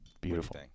beautiful